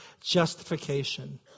justification